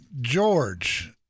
George